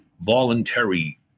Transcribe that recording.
voluntary